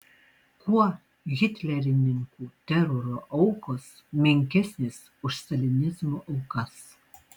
kuo hitlerininkų teroro aukos menkesnės už stalinizmo aukas